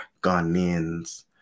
Ghanaians